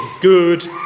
good